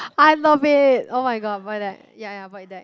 i love it oh-my-god void deck ya ya void deck